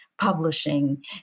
publishing